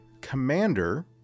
Commander